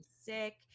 sick